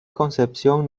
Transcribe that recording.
concepción